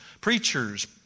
preachers